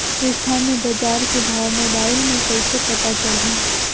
स्थानीय बजार के भाव मोबाइल मे कइसे पता चलही?